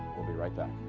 will be right back.